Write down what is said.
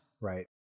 Right